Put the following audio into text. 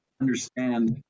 understand